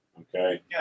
Okay